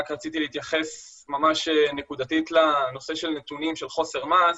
רק רציתי להתייחס ממש נקודתית לנושא של נתונים של חוסר מעש.